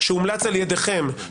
שזה הדבר הנכון לעשות,